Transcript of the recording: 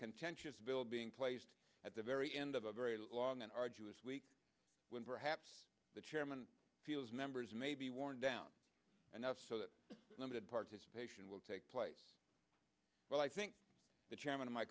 contentious bill being placed at the very end of a very long and arduous week when perhaps the chairman feels members may be worn down and out so that limited participation will take place well i think the chairman of my